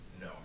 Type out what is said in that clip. No